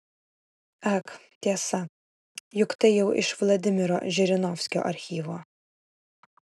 ak tiesa juk tai jau iš vladimiro žirinovskio archyvo